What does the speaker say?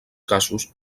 casos